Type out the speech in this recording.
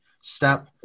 step